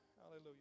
Hallelujah